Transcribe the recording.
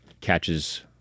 catches